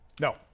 No